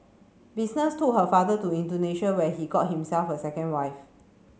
business took her father to Indonesia where he got himself a second wife